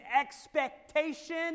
expectation